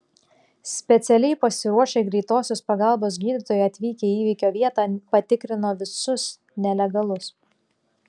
specialiai pasiruošę greitosios pagalbos gydytojai atvykę į įvykio vietą patikrino visus nelegalus